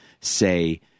say